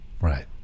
right